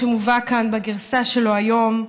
שמובא כאן בגרסה שלו היום,